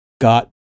got